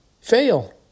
fail